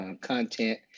content